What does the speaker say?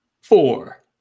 four